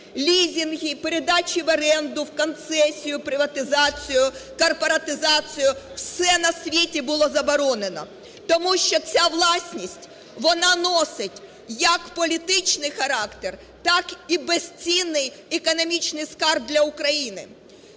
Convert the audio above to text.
лізинги, передачі в оренду, в концесію, приватизацію, корпоратизацію – все на світі було заборонено. Тому що ця власність, вона носить як політичний характер, так і безцінний економічний скарб для України.